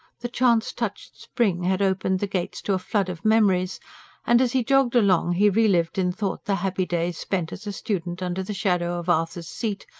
the chance-touched spring had opened the gates to a flood of memories and, as he jogged along, he re-lived in thought the happy days spent as a student under the shadow of arthur's seat,